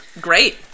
great